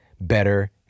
better